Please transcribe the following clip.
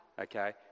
Okay